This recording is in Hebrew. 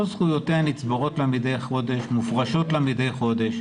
כל זכויותיה נצברות לה מדי חודש ומופרשות לה מדי חודש.